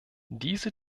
diese